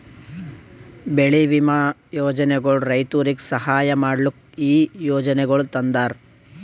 ಬೆಳಿ ವಿಮಾ ಯೋಜನೆಗೊಳ್ ರೈತುರಿಗ್ ಸಹಾಯ ಮಾಡ್ಲುಕ್ ಈ ಯೋಜನೆಗೊಳ್ ತಂದಾರ್